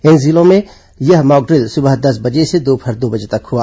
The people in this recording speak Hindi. इन जिलों में यह मॉकड़िल सुबह दस बजे से दोपहर दो बजे तक हुआ